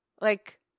Like-